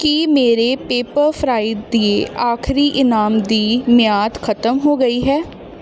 ਕੀ ਮੇਰੇ ਪੈੱਪਰਫ੍ਰਾਈ ਦੀ ਆਖ਼ਰੀ ਇਨਾਮ ਦੀ ਮਿਆਦ ਖਤਮ ਹੋ ਗਈ ਹੈ